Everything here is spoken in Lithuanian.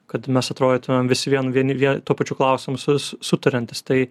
kad mes atrodytumėm vis vien vieni vie tuo pačiu su su sutariantys tai